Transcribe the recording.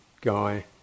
guy